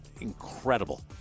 incredible